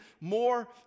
more